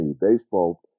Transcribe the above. baseball